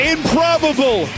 Improbable